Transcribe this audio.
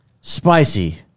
Spicy